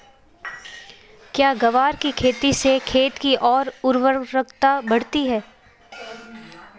क्या ग्वार की खेती से खेत की ओर उर्वरकता बढ़ती है?